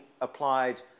applied